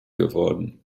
geworden